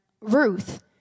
Ruth